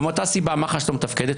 ומאותה סיבה מח"ש לא מתפקדת.